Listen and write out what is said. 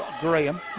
Graham